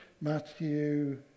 Matthew